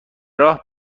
راه